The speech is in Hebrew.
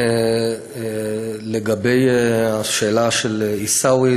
לגבי השאלה של עיסאווי,